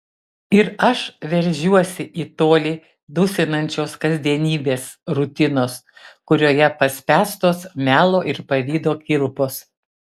ir aš veržiuosi į tolį dusinančios kasdienybės rutinos kurioje paspęstos melo ir pavydo kilpos